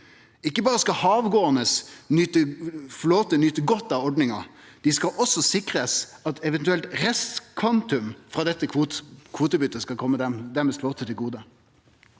Ikkje berre skal havgåande flåte nyte godt av ordninga, dei skal også bli sikra at eventuelt restkvantum frå dette kvotebyttet skal kome deira flåte til gode.